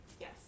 yes